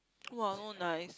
!wah! so nice